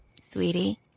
Sweetie